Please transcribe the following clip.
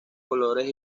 colores